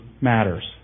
matters